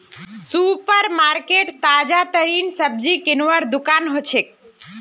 super market ताजातरीन सब्जी किनवार दुकान हछेक